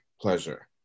pleasure